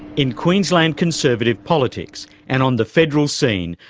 in queensland conservative politics and on the federal scene,